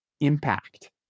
impact